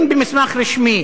אם במסמך רשמי